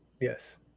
yes